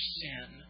sin